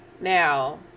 Now